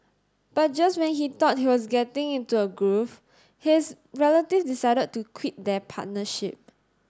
but just when he thought he was getting into a groove his relative decided to quit their partnership